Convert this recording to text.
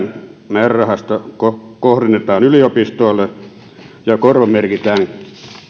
määrärahasta kohdennetaan yliopistoille ja korvamerkitään